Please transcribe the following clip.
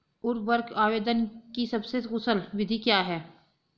उर्वरक आवेदन की सबसे कुशल विधि क्या है?